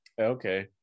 okay